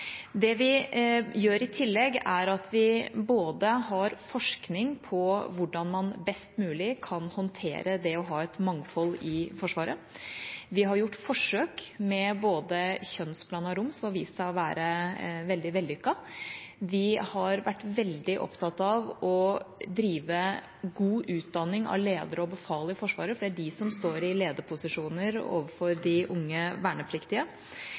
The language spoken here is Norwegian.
Det vi gjør i tillegg, er at vi har forskning på hvordan man best mulig kan håndtere det å ha et mangfold i Forsvaret. Vi har gjort forsøk med kjønnsblandede rom, som har vist seg å være veldig vellykket. Vi har vært veldig opptatt av å drive god utdanning av ledere og befal i Forsvaret, for det er de som står i lederposisjoner overfor de unge vernepliktige.